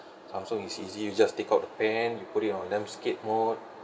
samsung is easy you just take out the pen you put it on landscape mode